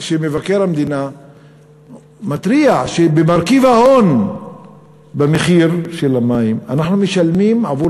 מבקר המדינה מתריע שבמרכיב ההון של המים אנחנו משלמים עבור